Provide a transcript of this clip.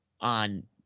on